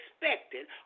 expected